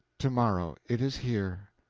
to-morrow. it is here.